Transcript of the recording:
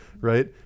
right